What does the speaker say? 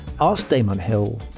askdamonhill